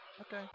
okay